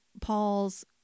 Paul's